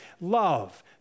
love